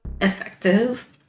effective